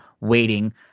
waiting